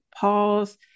pause